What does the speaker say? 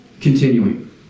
Continuing